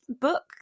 book